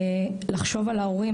לחשוב על ההורים,